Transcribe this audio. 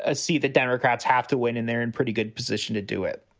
ah see, the democrats have to win and they're in pretty good position to do it.